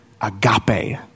agape